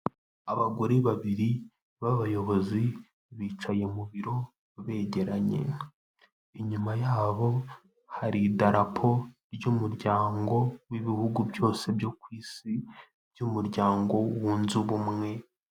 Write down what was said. Abagore babiri b'abayobozi bicaye mu biro, begeranye inyuma yabo hari idarapo ry'umuryango w'ibihugu byose byo ku isi by'umuryango wunze ubumwe.